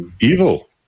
Evil